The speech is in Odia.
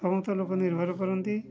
ସମସ୍ତ ଲୋକ ନିର୍ଭର କରନ୍ତି